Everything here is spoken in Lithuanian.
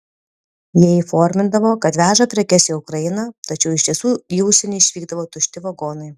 jie įformindavo kad veža prekes į ukrainą tačiau iš tiesų į užsienį išvykdavo tušti vagonai